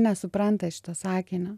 nesupranta šito sakinio